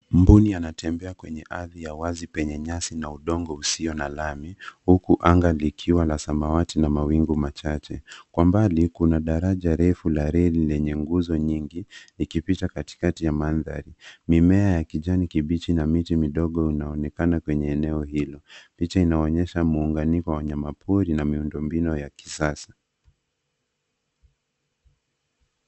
Mbuni anatembea kwenye ardhi ya wazi penye nyasi na udongo usio na lami huku anga likiwa la samawati na mawingu machache. Kwa mbali kuna daraja refu la reli lenye nguzo nyingi ikipita katikati ya mandhari. Mimea ya kijani kibichi na miti midogo inaonekana kwenye eneo hilo. Picha inaonyesha muunganiko wa wanyamapori na miundo mbinu ya kisasa.